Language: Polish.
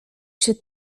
się